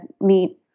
meet